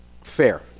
fair